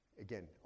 Again